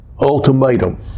ultimatum